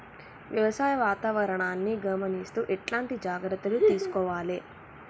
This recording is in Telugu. వ్యవసాయ వాతావరణాన్ని గమనిస్తూ ఎట్లాంటి జాగ్రత్తలు తీసుకోవాలే?